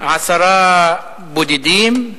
עשרה בודדים,